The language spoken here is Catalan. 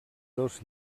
dos